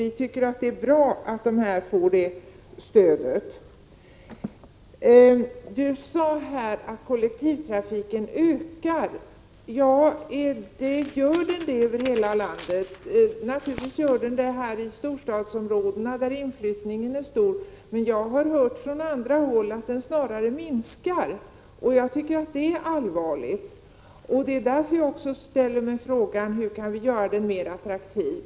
Vi tycker det är bra att kollektivtrafiken i skogslänen får detta stöd. Olle Östrand sade att kollektivtrafiken ökar. Men gör den det över hela landet? Naturligtvis gör den det i storstadsområdena där inflyttningen är stor. Men jag har hört att den snarare minskar på andra håll, och det finner jag allvarligt. Det är därför som jag frågar mig hur kollektivtrafiken kan göras mer attraktiv.